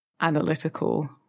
analytical